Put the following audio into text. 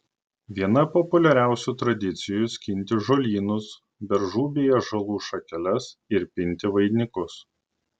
viena populiariausių tradicijų skinti žolynus beržų bei ąžuolų šakeles ir pinti vainikus